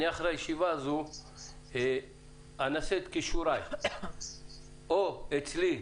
אני אחרי הישיבה הזו אנסה את כישוריי, או אצלי,